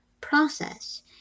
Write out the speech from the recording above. process